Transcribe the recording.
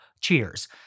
Cheers